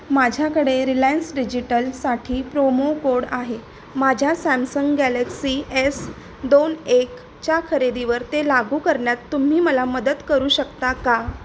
माझ्याकडे रिलायन्स डिजिटलसाठी promo code आहे माझ्या सॅमसंग गॅलेक्सी एस दोन एक च्या खरेदीवर ते लागू करण्यात तुम्ही मला मदत करू शकता का